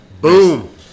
Boom